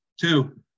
Two